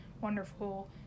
wonderful